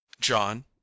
John